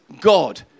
God